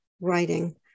writing